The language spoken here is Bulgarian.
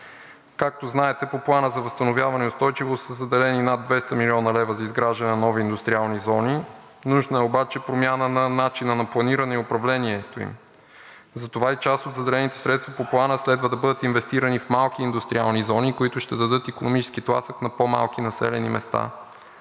Както знаете, по Плана за възстановяване и устойчивост са заделени над 200 млн. лв. за изграждане на нови индустриални зони. Нужна е обаче промяна на начина на планиране и управлението им. Затова и част от заделените средства по Плана следва да бъдат инвестирани в малки индустриални зони, които ще дадат икономически тласък на по-малки населени места.